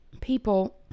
people